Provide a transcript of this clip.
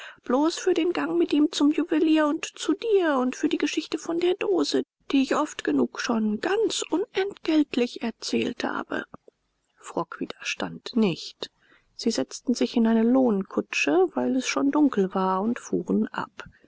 bloß für den gang mit ihm zum juwelier und zu dir und für die geschichte von der dose die ich oft genug schon ganz unentgeltlich erzählt habe frock widerstand nicht sie setzten sich in eine lohnkutsche weil es schon dunkel war und fuhren ab